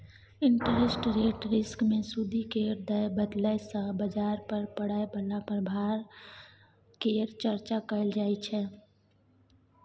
interest rate risk मे सूदि केर दर बदलय सँ बजार पर पड़य बला प्रभाव केर चर्चा कएल जाइ छै